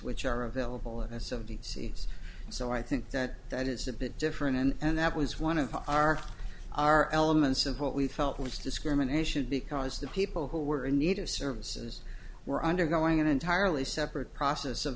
which are available as of d c s so i think that that is a bit different and that was one of our our elements of what we felt was discrimination because the people who were in need of services were undergoing an entirely separate process of